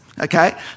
okay